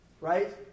right